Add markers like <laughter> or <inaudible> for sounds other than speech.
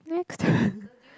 next <laughs>